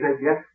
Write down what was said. yes